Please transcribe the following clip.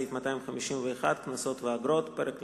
סעיף 251 (קנסות ואגרות); פרק ל"ד,